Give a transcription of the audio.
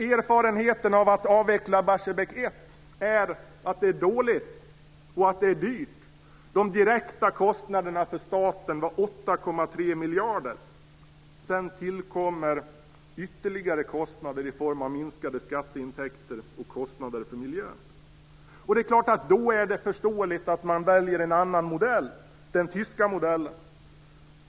Erfarenheterna av att avveckla Barsebäck 1 är att det är dåligt och att det är dyrt. De direkta kostnaderna för staten var 8,3 miljarder. Sedan tillkommer ytterligare kostnader i form av minskade skatteintäkter och kostnader för miljön. Det är klart att det då är förståeligt att man väljer en annan modell, den tyska modellen.